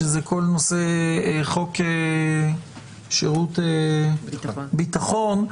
כל נושא חוק נושא שירות ביטחון,